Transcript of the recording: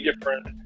different